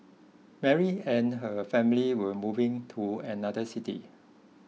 Mary and her family were moving to another city